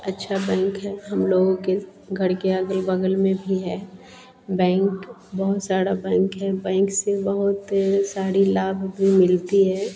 अच्छा बैंक है हम लोगों के घर के अग़ल बग़ल में भी है बैंक बहुत सारा बैंक है बैंक से बहुत सारे लाभ भी मिलते हैं